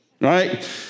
Right